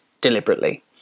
deliberately